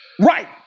Right